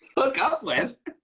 hook up with?